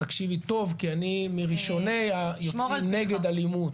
תקשיבי טוב כי אני מראשוני היוצאים נגד אלימות.